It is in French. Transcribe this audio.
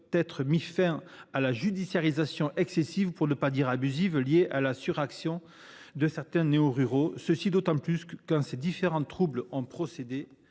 mettre fin à la judiciarisation excessive, pour ne pas dire abusive, liée à la surréaction de certains néoruraux, d’autant plus quand ces troubles ont précédé